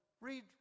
Read